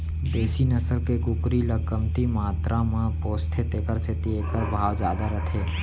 देसी नसल के कुकरी ल कमती मातरा म पोसथें तेकर सेती एकर भाव जादा रथे